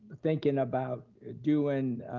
thinking about doing